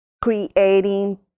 creating